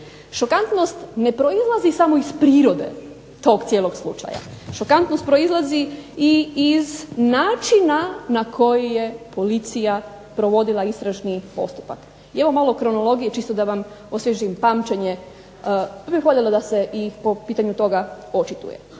Šokantnost ne proizlazi samo iz prirode tog cijelog slučaja, šokantnost proizlazi iz načina na koji je policija provodila istražni postupak. I evo malo kronologije čisto da vam osvježim pamćenje pa bih voljela da se po pitanju toga i očitujete.